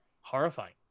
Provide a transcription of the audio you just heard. horrifying